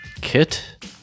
Kit